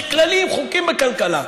יש כללים, חוקים, בכלכלה.